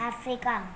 Africa